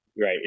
right